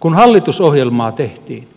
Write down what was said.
kun hallitusohjelmaa tehtiin